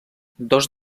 dos